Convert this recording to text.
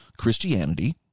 Christianity